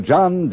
John